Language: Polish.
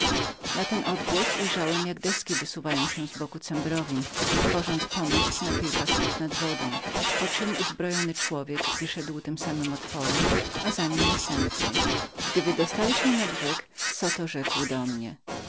na ten odgłos ujrzałem jak deski wychodziły z boku cembrowin i wznosiły się na kilka stóp nad wodą następnie uzbrojony człowiek wyszedł tym samym otworem za nim drugi i trzeci gdy wydostali się na brzeg zoto rzekł pokazujacpokazując mi